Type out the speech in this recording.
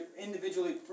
individually